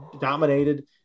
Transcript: dominated